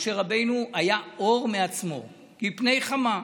משה רבנו היה אור מעצמו, "כפני חמה"